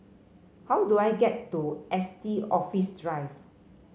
how do I get to Estate Office Drive